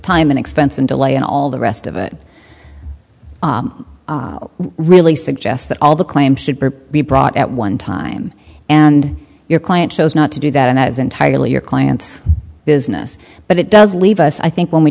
time and expense and delay and all the rest of it really suggest that all the claims should be brought at one time and your client chose not to do that and that is entirely your client's business but it does leave us i think when we